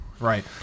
Right